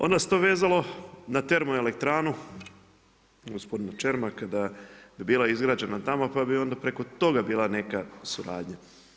Onda se to vezalo na termoelektranu, gospodin Čermak da je bila izgrađena tamo, pa bi onda preko toga bila suradnja.